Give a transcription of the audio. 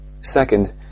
Second